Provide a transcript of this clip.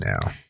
now